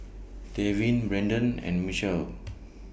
Tevin Braedon and Michel